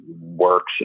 works